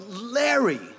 Larry